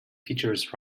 features